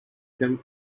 him